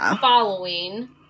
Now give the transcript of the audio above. following